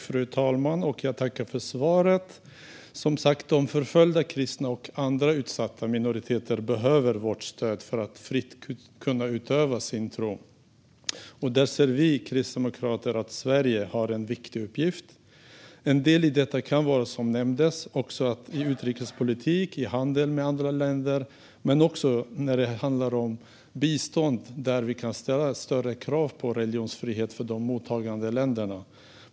Fru talman! Jag tackar statsrådet för svaret. De förföljda kristna och andra utsatta minoriteter behöver vårt stöd för att fritt kunna utöva sin tro. Här ser vi kristdemokrater att Sverige har en viktig uppgift. En del i detta kan vara att i utrikespolitik, handel med andra länder och när det gäller bistånd ställa högre krav på religionsfrihet.